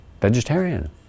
Vegetarian